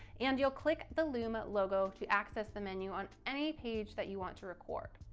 and you'll click the loom logo to access the menu on any page that you want to record.